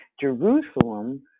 Jerusalem